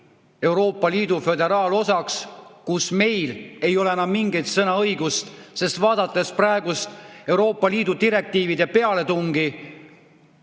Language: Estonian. Euroopa Liidu föderaalosaks, kus meil ei ole enam mingit sõnaõigust. Sest vaadates praegust Euroopa Liidu direktiivide pealetungi,